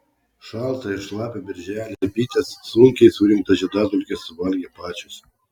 šaltą ir šlapią birželį bitės sunkiai surinktas žiedadulkes suvalgė pačios